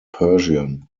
persian